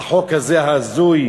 החוק הזה, ההזוי.